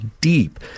deep